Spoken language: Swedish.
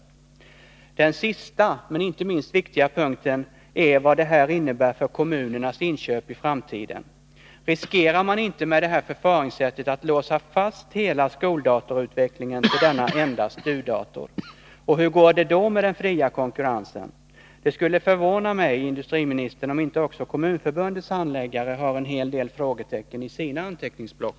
Den fjärde och sista, men inte minst viktiga punkten, är vad det här innebär för kommunernas inköp i framtiden. Riskerar man inte med det här förfaringssättet att låsa fast hela skoldatorutvecklingen till denna enda STU-dator? Och hur går det då med den fria konkurrensen? Det skulle förvåna mig, industriministern, om inte också Kommunförbundets handläggare har en del frågetecken i sina anteckningsblock.